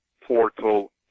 portal